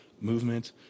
Movement